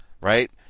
right